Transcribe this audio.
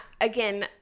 again